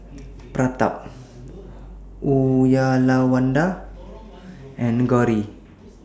Pratap Uyyalawada and Gauri